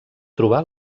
trobar